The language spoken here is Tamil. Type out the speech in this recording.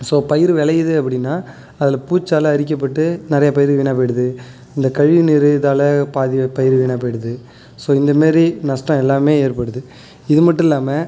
ஸோ பயிர் விளையிது அப்படினா அதில் பூச்சால அறிக்கப்பட்டு நிறையா பயிர் வீணாக போய்டுது இந்த கழிவு நீர் இதால் பாதி பயிர் வீணாக போய்டுது ஸோ இந்த மாரி நஷ்டம் எல்லாமே ஏற்படுது இது மட்டும் இல்லாமல்